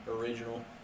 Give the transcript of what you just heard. original